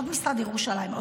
עוד משרד ירושלים,